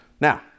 Now